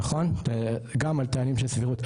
גם על טענים של סבירות.